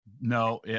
No